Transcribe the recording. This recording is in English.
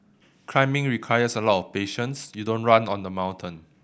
climbing requires a lot of patience you don't run on the mountain